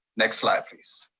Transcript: next slide please.